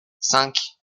cinq